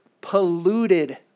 polluted